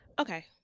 Okay